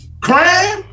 crime